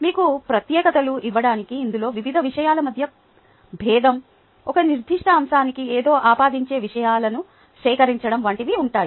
మీకు ప్రత్యేకతలు ఇవ్వడానికి ఇందులో వివిధ విషయాల మధ్య భేదం ఒక నిర్దిష్ట అంశానికి ఏదో ఆపాదించే విషయాలను సేకరించడం వంటివి ఉంటాయి